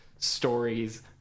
stories